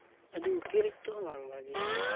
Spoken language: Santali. ᱟᱹᱰᱤ ᱚᱛᱤᱨᱤᱠᱛᱚ ᱦᱚ ᱵᱟᱝ ᱵᱷᱟᱜᱮᱭᱟ